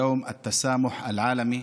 יום אלתסאמוח אל-עאלמי.